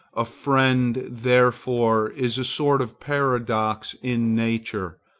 a friend therefore is a sort of paradox in nature.